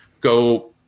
go